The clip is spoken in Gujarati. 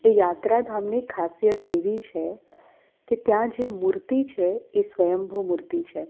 એ યાત્રાધામની ખાસિયત એવી છે કે ત્યાં જે મૂર્તિ છે એ સ્વયંભૂ મૂર્તિ છે